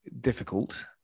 difficult